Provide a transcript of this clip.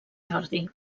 jordi